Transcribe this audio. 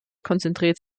konzentriert